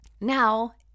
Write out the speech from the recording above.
Now